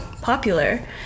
popular